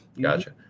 Gotcha